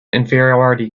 inferiority